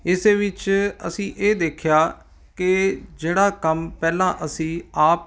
ਇਸ ਵਿੱਚ ਅਸੀਂ ਇਹ ਦੇਖਿਆ ਕਿ ਜਿਹੜਾ ਕੰਮ ਪਹਿਲਾਂ ਅਸੀਂ ਆਪ